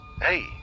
Hey